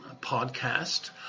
podcast